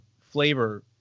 flavor